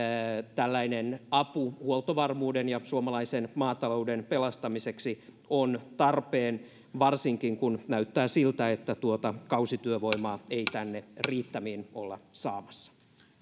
tällainen apu huoltovarmuuden ja suomalaisen maatalouden pelastamiseksi on tarpeen varsinkin kun näyttää siltä että tuota kausityövoimaa ei tänne riittämiin ollaan saamassa